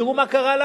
כמה?